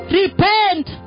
repent